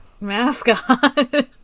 mascot